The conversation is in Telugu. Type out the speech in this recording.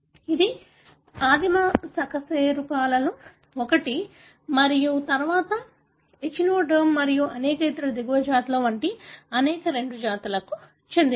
ఇది ఆదిమ సకశేరుకాలలో ఒకటి మరియు తరువాత ఎచినోడెర్మ్ మరియు అనేక ఇతర దిగువ జాతుల వంటి అనేక ఇతర జాతులకు చెందినవి